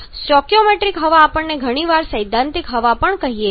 stoichiometric હવા ઘણી વાર આપણે તેને સૈદ્ધાંતિક હવા પણ કહીએ છીએ